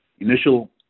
Initial